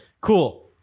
Cool